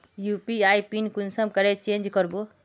UPI pin कुंसम करे change करबो?